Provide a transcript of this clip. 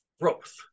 growth